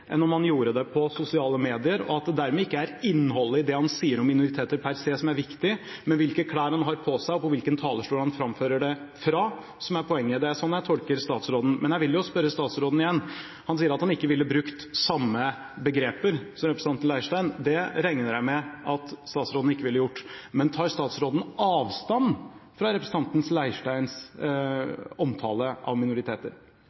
gjorde det på sosiale medier, og at det dermed ikke er innholdet i det han sier om minoriteter, per se som er viktig, men hvilke klær han har på seg, og hvilken talerstol han framfører det fra, som er poenget. Det er sånn jeg tolker statsråden. Men jeg vil spørre statsråden igjen: Han sier at han ikke ville brukt samme begreper som representanten Leirstein, det regner jeg med at statsråden ikke ville gjort. Men tar statsråden avstand fra representanten Leirsteins omtale av minoriteter?